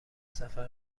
سفر